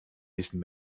diesen